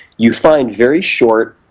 you find very short,